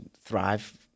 thrive